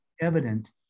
evident